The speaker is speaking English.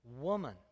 woman